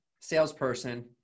salesperson